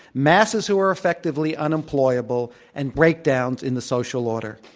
masses who are effectively unemployable, and breakdowns in the social order.